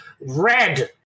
red